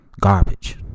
Garbage